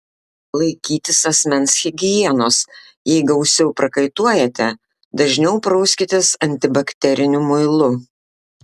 laikytis asmens higienos jei gausiau prakaituojate dažniau prauskitės antibakteriniu muilu